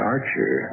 Archer